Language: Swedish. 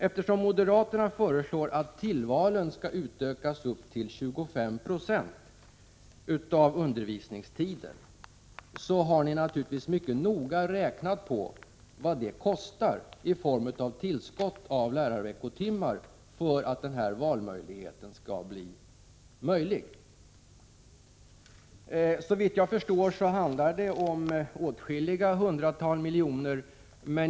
Eftersom moderaterna föreslår att tillvalen skulle utökas upp till 25 96 av undervisningstiden, har de naturligtvis mycket noga räknat på vad det kostar i form av tillskott av lärarveckotimmar för att valmöjligheten skall bli verklighet. Såvitt jag förstår handlar det om åtskilliga hundratal miljoner.